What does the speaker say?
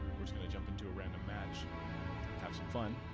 jump into a random match have some fun